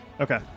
Okay